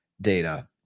data